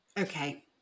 Okay